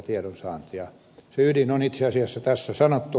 se ydin on itse asiassa tässä sanottu